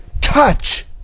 touch